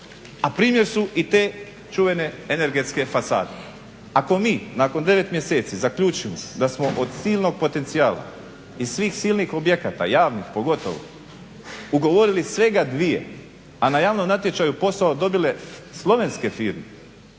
A primjer su i te čuvene energetske fasade. Ako mi nakon 9 mjeseci zaključimo da smo od silnog potencijala i svih silnih objekata, javnih pogotovo ugovorili svega 2, a na javnom natječaj posao dobile Slovenske firme,